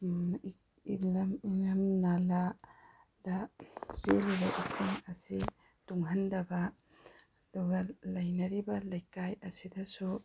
ꯏꯔꯝ ꯅꯂꯥꯗ ꯆꯦꯜꯂꯤꯕ ꯏꯁꯤꯡ ꯑꯁꯤ ꯇꯨꯡꯍꯟꯗꯕ ꯑꯗꯨꯒ ꯂꯩꯅꯔꯤꯕ ꯂꯩꯀꯥꯏ ꯑꯁꯤꯗꯁꯨ